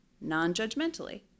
non-judgmentally